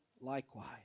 likewise